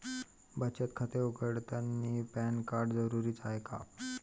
बचत खाते उघडतानी पॅन कार्ड जरुरीच हाय का?